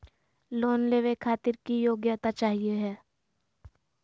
Loan लेवे खातीर की योग्यता चाहियो हे?